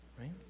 Right